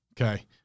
Okay